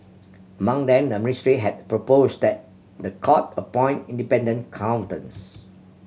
among them the ministry had proposed that the court appoint independent accountants